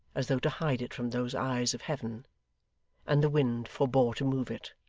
as though to hide it from those eyes of heaven and the wind forbore to move it.